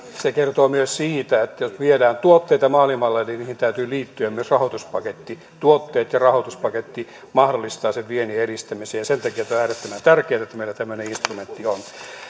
se kertoo myös siitä että jos viedään tuotteita maailmalle niin niihin täytyy liittyä myös rahoituspaketti tuotteet ja rahoituspaketti mahdollistavat sen viennin edistämisen sen takia on äärettömän tärkeää että meillä tämmöinen instrumentti on